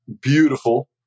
beautiful